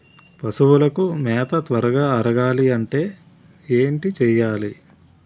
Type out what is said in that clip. పశువులకు మేత త్వరగా అరగాలి అంటే ఏంటి చేయాలి?